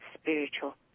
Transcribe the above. spiritual